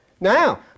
Now